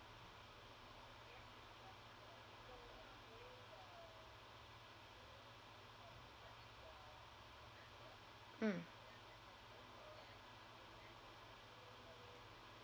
mm